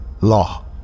law